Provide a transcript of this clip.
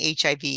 HIV